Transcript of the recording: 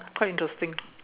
quite interesting